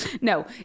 No